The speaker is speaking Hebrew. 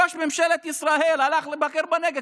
ראש ממשלת ישראל הלך לבקר בנגב,